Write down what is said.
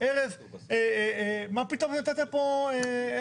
ארז מה פתאום נתת פה הנחה?